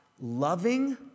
loving